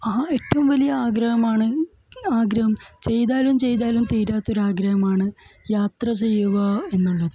ഏറ്റവും വലിയ ആഗ്രഹമാണ് ആഗ്രഹം ചെയ്താലും ചെയ്താലും തീരാത്ത ഒരു ആഗ്രഹമാണ് യാത്ര ചെയ്യുക എന്നുള്ളത്